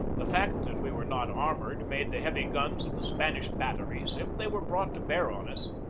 the fact that we were not armored made the heavy guns of the spanish batteries, if they were brought to bear on us,